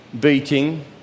beating